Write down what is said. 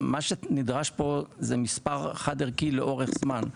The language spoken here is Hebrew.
מה שנדרש פה זה מספר חד ערכי לאורך זמן.